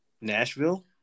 Nashville